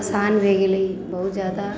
आसान भऽ गेलै बहुत ज्यादा